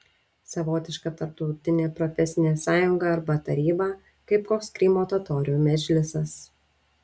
savotiška tarptautinė profesinė sąjunga arba taryba kaip koks krymo totorių medžlisas